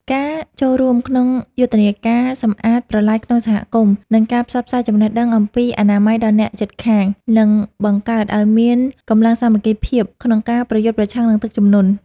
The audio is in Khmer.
ការចូលរួមក្នុងយុទ្ធនាការសម្អាតប្រឡាយក្នុងសហគមន៍ និងការផ្សព្វផ្សាយចំណេះដឹងអំពីអនាម័យដល់អ្នកជិតខាង នឹងបង្កើតឱ្យមានកម្លាំងសាមគ្គីភាពក្នុងការប្រយុទ្ធប្រឆាំងនឹងទឹកជំនន់។